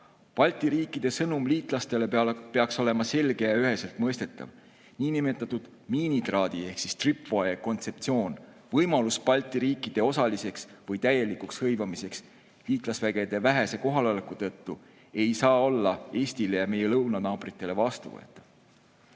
Balti riikide sõnum liitlastele peaks olema selge ja üheselt mõistetav niinimetatud miinitraadi ehktripwire' kontseptsioon. Võimalus Balti riikide osaliseks või täielikuks hõivamiseks liitlasvägede vähese kohaloleku tõttu ei saa olla Eestile ja meie lõunanaabritele vastuvõetav.